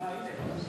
הנה הוא.